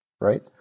right